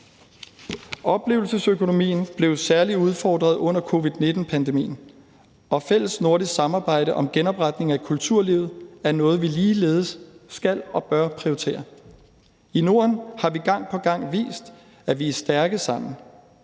Oplevelsesøkonomien blev særlig udfordret under covid-19-pandemien, og fælles nordisk samarbejde om genopretning af kulturlivet er noget, vi ligeledes skal og bør prioritere. I Norden har vi gang på gang vist, at vi er stærke sammen.